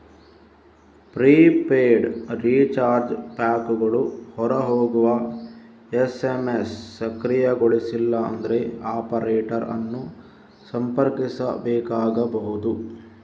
prepaid recharge ಪ್ಯಾಕುಗಳು ಹೊರ ಹೋಗುವ ಎಸ್.ಎಮ್.ಎಸ್ ಸಕ್ರಿಯಗೊಳಿಸಿಲ್ಲ ಅಂದ್ರೆ ಆಪರೇಟರ್ ಅನ್ನು ಸಂಪರ್ಕಿಸಬೇಕಾಗಬಹುದು